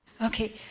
Okay